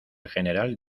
general